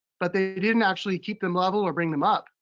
but they didn't actually keep them level or bring them up.